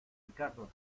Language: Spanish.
ricardo